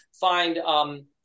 Find